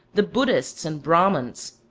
the buddhists and brahmans,